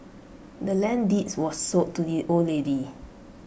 the land's deeds was sold to the old lady